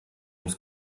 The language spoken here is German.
ums